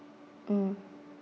mm